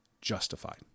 justified